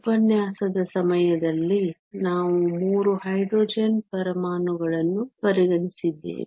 ಉಪನ್ಯಾಸದ ಸಮಯದಲ್ಲಿ ನಾವು 3 ಹೈಡ್ರೋಜನ್ ಪರಮಾಣುಗಳನ್ನು ಪರಿಗಣಿಸಿದ್ದೇವೆ